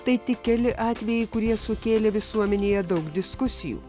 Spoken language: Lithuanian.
tai tik keli atvejai kurie sukėlė visuomenėje daug diskusijų